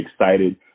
excited